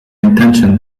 intention